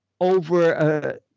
over